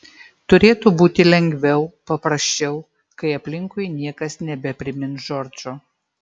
turėtų būti lengviau paprasčiau kai aplinkui niekas nebeprimins džordžo